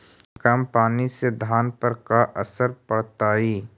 कम पनी से धान पर का असर पड़तायी?